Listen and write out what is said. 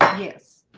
yes.